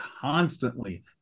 constantly